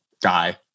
die